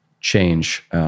change